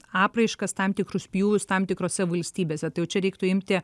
apraiškas tam tikrus pjūvius tam tikrose valstybėse tai jau čia reiktų imti